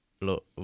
look